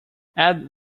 add